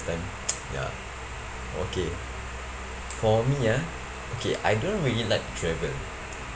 time ya okay for me ah okay I don't really like travel